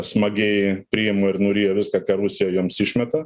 smagiai priima ir nurija viską ką rusija joms išmeta